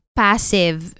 passive